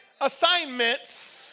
assignments